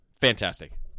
Fantastic